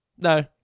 No